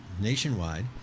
nationwide